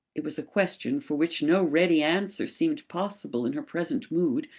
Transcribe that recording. it was a question for which no ready answer seemed possible in her present mood.